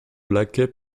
laquais